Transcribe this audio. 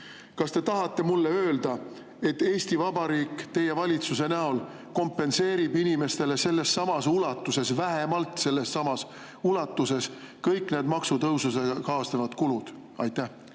Kas te tahate mulle öelda, et Eesti Vabariik teie valitsuse näol kompenseerib inimestele sellessamas ulatuses, vähemalt sellessamas ulatuses, kõik maksutõusudega kaasnevad kulud? Aitäh